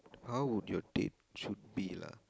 how would your date should be lah